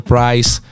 Price